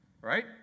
Right